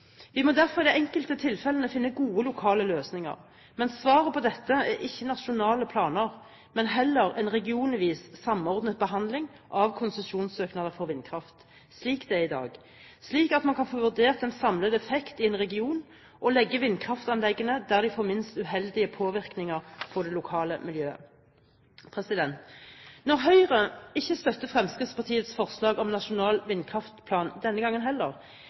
Vi må derfor i de enkelte tilfellene finne gode lokale løsninger. Men svaret på dette er ikke nasjonale planer, men heller en regionvis samordnet behandling av konsesjonssøknader for vindkraft, slik det er i dag, slik at man kan få vurdert den samlede effekt i en region og legge vindkraftanleggene der de har minst uheldig påvirkning på det lokale miljøet. Når Høyre ikke støtter Fremskrittspartiets forslag om en nasjonal vindkraftplan denne gangen heller,